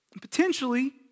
Potentially